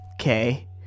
Okay